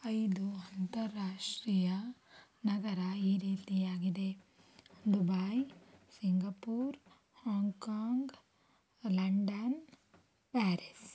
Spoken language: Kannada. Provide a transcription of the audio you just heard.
ಐದು ಅಂತರಾಷ್ಟ್ರೀಯ ನಗರ ಈ ರೀತಿಯಾಗಿದೆ Dubai Singapore Hong Kong London Paris